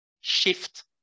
shift